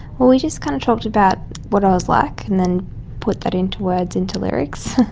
well, we just kind of talked about what i was like and then put that into words, into lyrics.